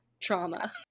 trauma